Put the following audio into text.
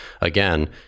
again